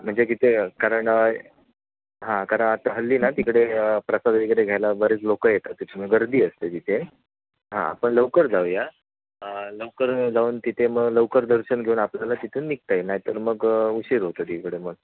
म्हणजे तिथे कारण आहे हां कारण आता हल्ली ना तिकडे प्रसाद वगैरे घ्यायला बरेच लोकं येतात तिथनं गर्दी असते तिथे हां आपण लवकर जाऊया लवकर जाऊन तिथे मग लवकर दर्शन घेऊन आपल्याला तिथून निघता येईल नाहीतर मग उशीर होतो तिकडे मग